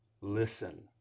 listen